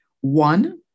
One